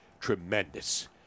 Tremendous